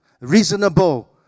reasonable